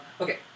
Okay